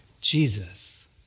Jesus